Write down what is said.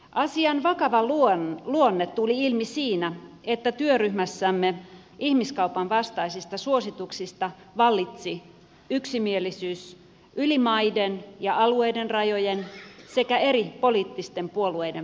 asian vakava luonne tuli ilmi siinä että työryhmässämme ihmiskaupan vastaisista suosituksista vallitsi yksimielisyys yli maiden ja alueiden rajojen sekä eri poliittisten puolueiden välillä